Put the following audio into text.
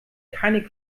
keine